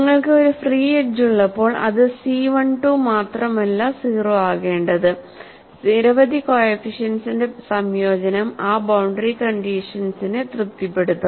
നിങ്ങൾക്ക് ഒരു free edge ഉള്ളപ്പോൾ അത് സി 1 2 മാത്രമല്ല 0 ആകേണ്ടത് നിരവധി കോഎഫിഷ്യന്റ്സിന്റെ സംയോജനം ആ ബൌണ്ടറി കണ്ടീഷൻസിനെ തൃപ്തിപ്പെടുത്തും